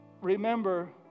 remember